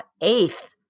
eighth